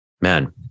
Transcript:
man